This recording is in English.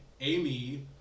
Amy